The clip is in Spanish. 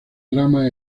drama